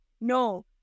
no